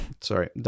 sorry